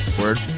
word